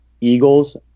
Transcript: Eagles